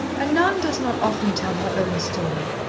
a nun does not often tell her own story,